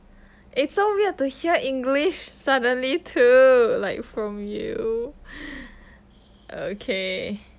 it's so weird to hear english suddenly too like from you okay